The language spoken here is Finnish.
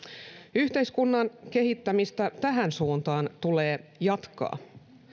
yhteiskunnan kehittämistä tähän suuntaan tulee jatkaa